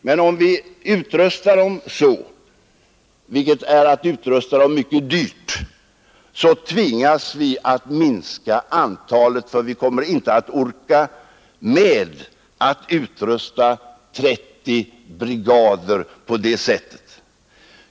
Men om vi utrustar dem så — vilket är att utrusta dem mycket dyrt — så tvingas vi att minska antalet därför att vi kommer inte att orka med att utrusta 30 brigader på det sättet.